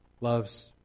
loves